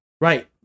Right